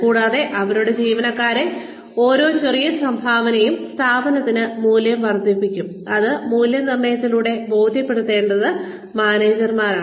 കൂടാതെ അവരുടെ ജീവനക്കാരെ ഓരോ ചെറിയ സംഭാവനയും സ്ഥാപനത്തിന് മൂല്യം വർദ്ധിപ്പിക്കും എന്ന് മൂല്യനിർണ്ണയത്തിലൂടെ ബോധ്യപ്പെടുത്തേണ്ടത് മാനേജർമാരാണ്